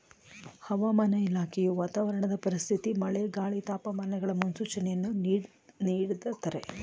ಹವಾಮಾನ ಇಲಾಖೆಯು ವಾತಾವರಣದ ಪರಿಸ್ಥಿತಿ ಮಳೆ, ಗಾಳಿ, ತಾಪಮಾನಗಳ ಮುನ್ಸೂಚನೆಯನ್ನು ನೀಡ್ದತರೆ